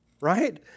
right